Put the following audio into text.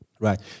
right